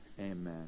amen